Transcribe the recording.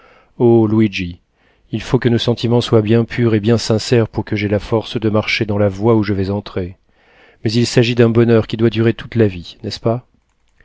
il faut que nos sentiments soient bien purs et bien sincères pour que j'aie la force de marcher dans la voie où je vais entrer mais il s'agit d'un bonheur qui doit durer toute la vie n'est-ce pas